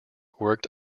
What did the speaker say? worked